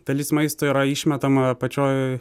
dalis maisto yra išmetama pačioj